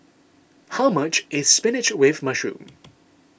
how much is Spinach with Mushroom